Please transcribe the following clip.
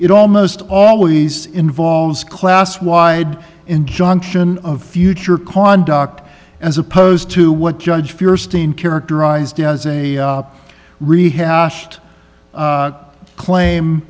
it almost always involves class wide injunction of future conduct as opposed to what judge fears steen characterized as a rehashed claim